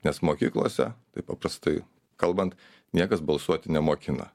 nes mokyklose taip paprastai kalbant niekas balsuoti nemokina